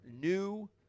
new